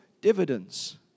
dividends